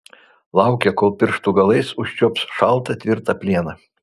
laukė kol pirštų galais užčiuops šaltą tvirtą plieną